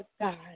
God